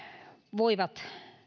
voivat